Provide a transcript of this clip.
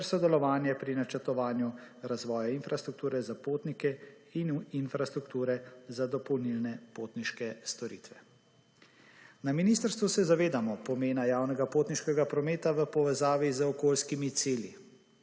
ter sodelovanje pri načrtovanju razvoja infrastrukture za potnike in infrastrukture za dopolnilne potniške storitve. Na ministrstvu se zavedamo pomena javnega potniškega prometa v povezavi z okoljskimi cilji.